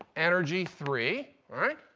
energy three, right?